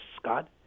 Scott